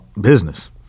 business